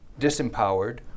disempowered